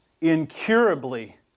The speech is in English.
incurably